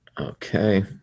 Okay